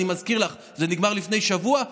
ואני מזכיר לך: זה נגמר לפני שבוע,